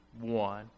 one